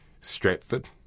Stratford